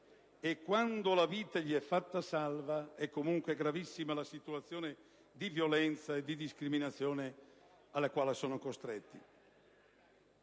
e, quando la vita gli è fatta salva, è comunque gravissima la situazione di violenza e discriminazione alla quale sono costretti.